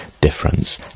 difference